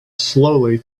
slowly